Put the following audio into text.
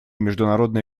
международные